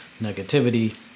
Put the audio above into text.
negativity